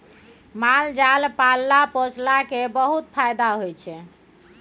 माल जाल पालला पोसला केर बहुत फाएदा होइ छै